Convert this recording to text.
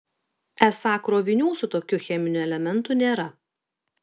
esą krovinių su tokiu cheminiu elementu nėra